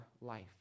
life